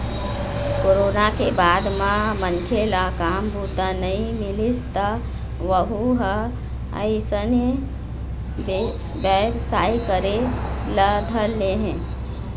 corona के बाद म मनखे ल काम बूता नइ मिलिस त वहूँ ह अइसने बेवसाय करे ल धर ले हे